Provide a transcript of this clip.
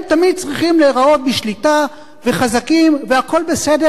תמיד צריכים להיראות בשליטה וחזקים והכול בסדר,